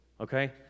okay